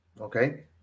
Okay